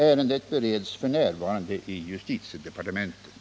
Ärendet bereds f. n. i justitiedepartementet.